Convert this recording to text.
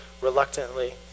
reluctantly